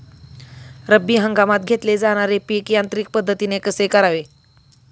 रब्बी हंगामात घेतले जाणारे पीक यांत्रिक पद्धतीने कसे करावे?